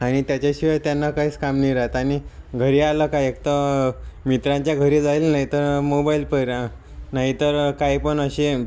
आणि त्याच्याशिवाय त्यांना काहीच काम नाही राहात आणि घरी आलं का एकतर मित्रांच्या घरी जाईल नाहीतर मोबाईल पर रां नाहीतर काहीपण असे